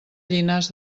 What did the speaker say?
llinars